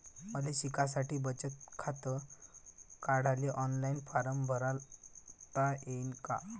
मले शिकासाठी बचत खात काढाले ऑनलाईन फारम भरता येईन का?